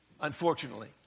unfortunately